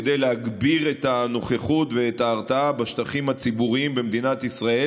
כדי להגביר את הנוכחות ואת ההרתעה בשטחים הציבוריים במדינת ישראל,